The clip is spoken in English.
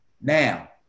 Now